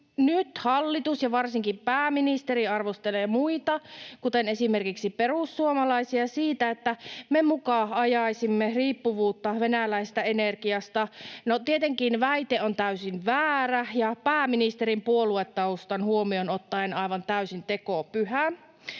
Nyt hallitus ja varsinkin pääministeri arvostelevat muita, kuten esimerkiksi perussuomalaisia, siitä, että me muka ajaisimme riippuvuutta venäläisestä energiasta. No tietenkin väite on täysin väärä ja pääministerin puoluetaustan huomioon ottaen aivan täysin tekopyhä.